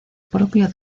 propio